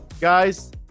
guys